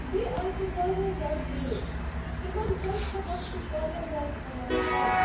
بیٚیہِ آے تِم واریاہ زیادٕ لیٹ تِمن پَزِ ہا وقتُک واریاہ زیادٕ خیال تھاوُن